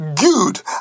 Good